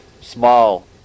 small